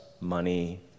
money